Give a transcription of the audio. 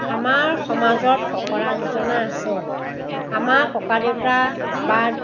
আমাৰ সমাজত ফকৰা যোজনা আছে আমাৰ ককাদেউতা বা